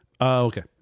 Okay